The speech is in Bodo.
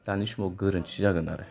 दानि समाव गोरोन्थि जागोन आरो